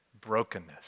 brokenness